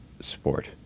sport